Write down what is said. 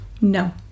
No